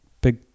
big